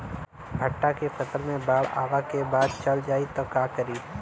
भुट्टा के फसल मे बाढ़ आवा के बाद चल जाई त का करी?